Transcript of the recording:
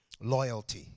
Loyalty